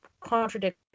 contradict